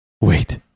Wait